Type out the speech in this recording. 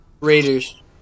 Raiders